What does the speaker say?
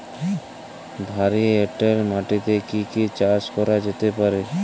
ভারী এঁটেল মাটিতে কি কি চাষ করা যেতে পারে?